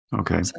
okay